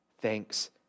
thanks